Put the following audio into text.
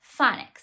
phonics